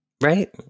Right